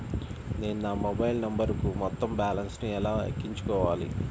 నేను నా మొబైల్ నంబరుకు మొత్తం బాలన్స్ ను ఎలా ఎక్కించుకోవాలి?